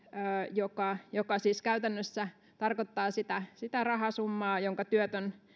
joka joka siis käytännössä tarkoittaa sitä sitä rahasummaa jonka työtön